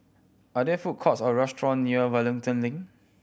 are there food courts or restaurant near Wellington Link